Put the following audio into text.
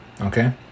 okay